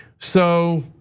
so,